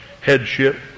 headship